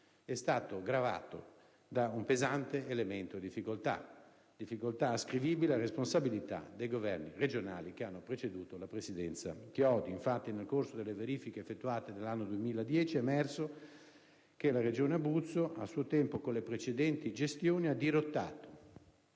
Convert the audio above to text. è stato gravato da un pesante elemento di difficoltà ascrivibile a responsabilità dei governi regionali che hanno preceduto la presidenza Chiodi. Infatti, nel corso delle verifiche effettuate nell'anno 2010, è emerso che la Regione Abruzzo, a suo tempo, con le precedenti gestioni ha dirottato